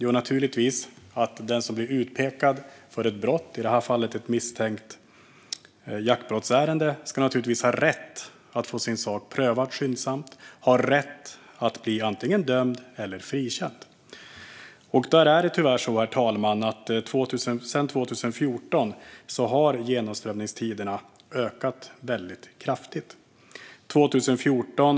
Jo, naturligtvis för att den som blir utpekad för ett brott - i det här fallet handlar det om misstänkta jaktbrott - ska ha rätt att få sin sak prövad skyndsamt och bli antingen dömd eller frikänd. Tyvärr är det så, herr talman, att genomströmningstiderna ökat väldigt kraftigt sedan 2014.